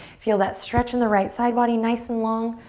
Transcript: feel that stretch in the right side body, nice and long.